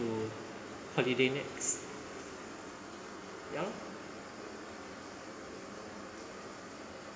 to holiday next ya loh